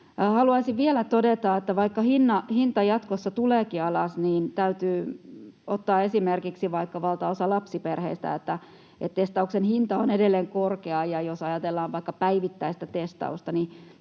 Haluaisin vielä todeta, että vaikka hinta jatkossa tuleekin alas — täytyy ottaa esimerkiksi vaikka valtaosa lapsiperheistä — niin testauksen hinta on edelleen korkea, ja jos ajatellaan vaikka päivittäistä testausta,